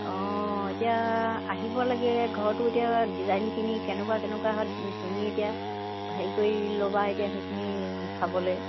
অঁ এতিয়া আহিব লাগে ঘৰটো এতিয়া ডিজাইনখিনি কেনেকুৱা কেনেকুৱা হয় তুমি এতিয়া হেৰি কৰি ল'বা এতিয়া সেইখিনি চাবলৈ